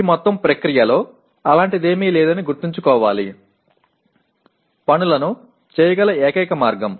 ఈ మొత్తం ప్రక్రియలో అలాంటిదేమీ లేదని గుర్తుంచుకోవాలి పనులను చేయగల ఏకైక మార్గం